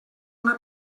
una